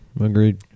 Agreed